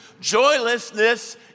Joylessness